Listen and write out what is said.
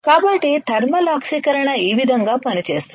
కాబట్టి థర్మల్ ఆక్సీకరణ ఈ విధంగా పనిచేస్తుంది